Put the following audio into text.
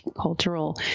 cultural